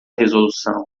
resolução